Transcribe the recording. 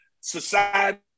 society